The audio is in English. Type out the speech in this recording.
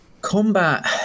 combat